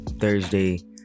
thursday